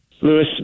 Lewis